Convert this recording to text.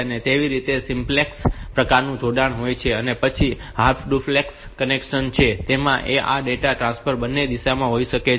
તે રીતે તે એક સિમ્પ્લેક્સ પ્રકારનું જોડાણ હોય છે અને પછી હાફ ડુપ્લેક્સ કનેક્શન છે તેમાં આ ડેટા ટ્રાન્સફર બંને દિશામાં હોઈ શકે છે